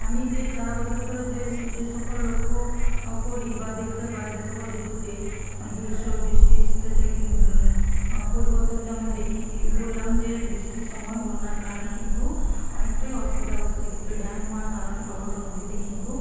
আমি যে সারা বছর ধরে যে সকল লক্ষ্য করি বা দেখতে পাই সে সকল ঋতুতে গ্রীষ্ম বৃষ্টি শীতেতে পরিবর্তন যেমন দেখি বললাম যে বৃষ্টির সময় বন্যা ত্রাণে কিন্তু অনেকটাই অসুবিধা হতো সেক্ষেত্রে ড্যাম হওয়ার কারণে বড় বড় নদীতে কিন্তু